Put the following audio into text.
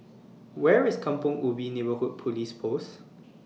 Where IS Kampong Ubi Neighbourhood Police Post